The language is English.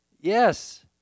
Yes